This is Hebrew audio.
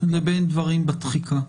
לבין דברים בתחיקה.